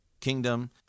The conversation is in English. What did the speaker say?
kingdom